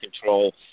control